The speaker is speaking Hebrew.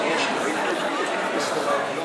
אתה לא קורא היום משום דבר?